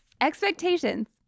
expectations